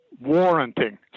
warranting